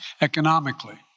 economically